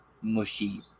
mushy